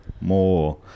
More